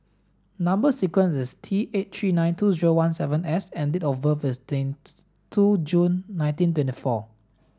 number sequence is T eight three nine two zero one seven S and date of birth is twenty two June nineteen twenty four